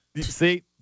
See